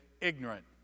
ignorant